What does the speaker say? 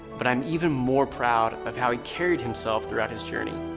but i'm even more proud of how he carried himself throughout his journey.